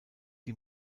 die